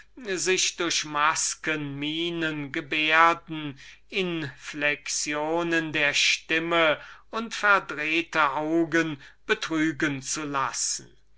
sich durch masken gesichter mienen gebärden inflexionen der stimme verdrehte augen und weiße schnupftücher betrügen zu lassen